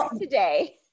today